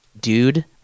dude